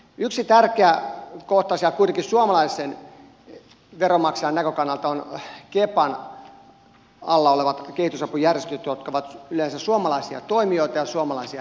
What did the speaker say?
yksi tärkeä kohta siellä kuitenkin suomalaisen veronmaksajan näkökannalta ovat kepan alla olevat kehitysapujärjestöt jotka ovat yleensä suomalaisia toimijoita ja suomalaisia henkilöitä